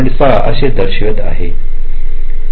6 असे दर्शवित आहे